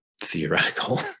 theoretical